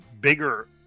bigger